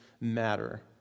matter